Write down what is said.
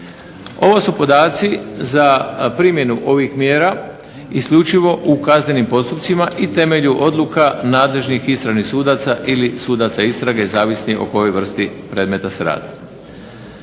Ovo su podaci za primjenu ovih mjera isključivo u kaznenim postupcima i temelju odluka nadležnih istražnih sudaca ili sudaca istrage, zavisi o kojoj vrsti predmeta se radi.